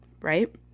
Right